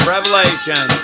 Revelation